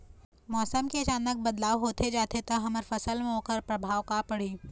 मौसम के अचानक बदलाव होथे जाथे ता हमर फसल मा ओकर परभाव का पढ़ी?